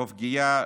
בפגיעה